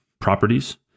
Properties